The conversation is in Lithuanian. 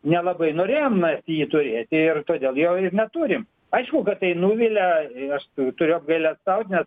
nelabai norėjom mes jį turėti ir todėl jo ir neturim aišku kad tai nuvilia ir aš turiu apgailestaut nes